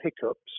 hiccups